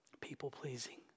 People-pleasing